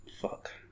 Fuck